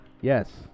Yes